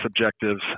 objectives